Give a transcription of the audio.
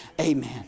Amen